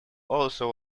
also